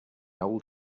old